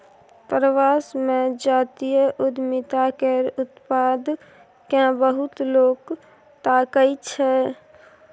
प्रवास मे जातीय उद्यमिता केर उत्पाद केँ बहुत लोक ताकय छै